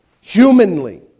Humanly